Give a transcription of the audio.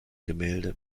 gemälde